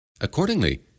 Accordingly